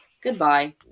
Goodbye